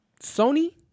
Sony